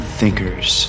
thinkers